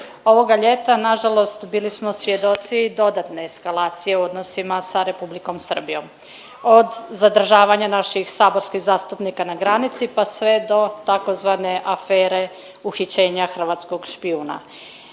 Ovoga ljeta na žalost bili smo svjedoci dodatne eskalacije u odnosima sa Republikom Srbijom od zadržavanja naših saborskih zastupnika na granici, pa sve do tzv. afere uhićenja hrvatskog špijuna.